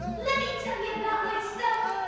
let me tell ya about myself.